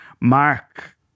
Mark